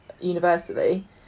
universally